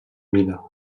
vila